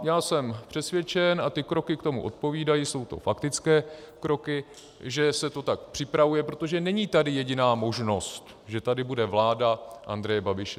A já jsem přesvědčen, a ty kroky tomu odpovídají, jsou to faktické kroky, že se to tak připravuje, protože tady není jediná možnost, že tady bude vláda Andreje Babiše.